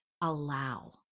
allow